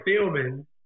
filming